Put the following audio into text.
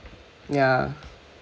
ya